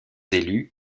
élus